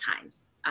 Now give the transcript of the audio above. times